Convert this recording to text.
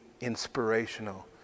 inspirational